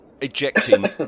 ejecting